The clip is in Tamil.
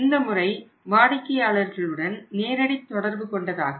இந்த முறை வாடிக்கையாளர்களுடன் நேரடி தொடர்பு கொண்டதாகும்